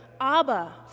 Abba